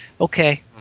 Okay